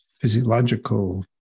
physiological